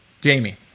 Jamie